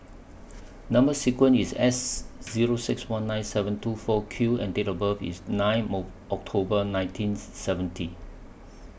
Number sequence IS S Zero six one nine seven two four Q and Date of birth IS nine October nineteen seventy